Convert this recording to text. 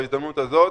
בהזדמנות הזאת,